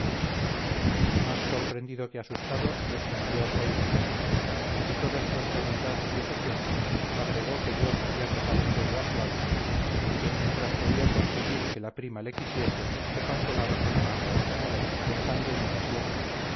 más sorprendido que asustado respondió zoilo que sí y todo espontaneidad y efusión agregó que dios había pegado fuego a su alma y que mientras podía conseguir que la prima le quisiese se consolaba con amarla a su modo pensando en ella siempre